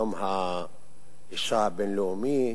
יום האשה הבין-לאומי,